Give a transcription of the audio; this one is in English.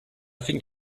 think